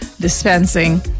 dispensing